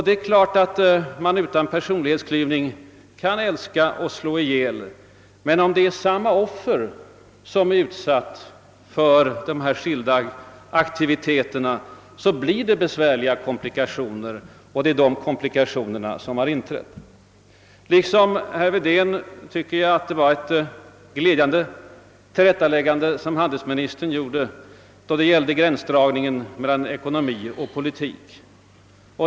Det är klart att man utan personlighetsklyvning kan älska och slå ihjäl, men om det är samma offer som utsätts för dessa skilda aktiviteter blir det besvärliga komplikationer. Det är sådana komplikationer som har inträtt. Liksom herr Wedén tycker jag att det var ett glädjande tillrättaläggande som handelsministern gjorde då det gällde gränsdragningen mellan ekonomi och politik.